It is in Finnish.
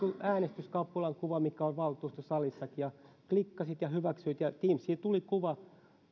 äänestyskapulan kuva mikä on valtuustosalissakin ja kun klikkasit ja hyväksyit niin teamsiin tuli kuva